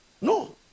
No